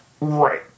right